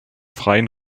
freien